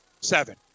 Seven